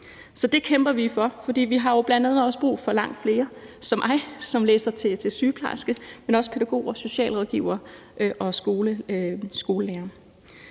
Det kæmper vi for, for vi har jo bl.a. også brug for langt flere som mig, som læser til sygeplejerske, men også pædagoger, socialrådgivere og skolelærere.